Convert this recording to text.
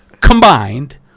combined